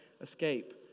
escape